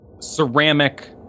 ceramic